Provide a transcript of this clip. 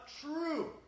true